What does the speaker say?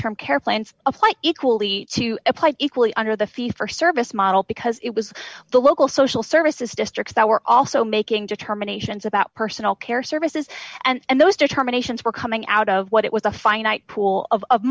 term care plans apply equally to applied equally under the fee for service model because it was the local social services districts that were also making determinations about personal care services and those determinations were coming out of what it was a finite pool of